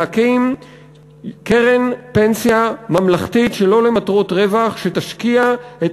להקים קרן פנסיה ממלכתית שלא למטרות רווח שתשקיע את